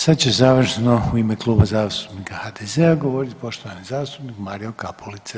Sad će završno u ime Kluba zastupnika HDZ-a govoriti poštovani zastupnik Mario Kapulica.